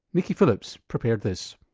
nicky phillips prepared this.